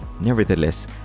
Nevertheless